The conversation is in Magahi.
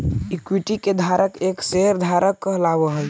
इक्विटी के धारक एक शेयर धारक कहलावऽ हइ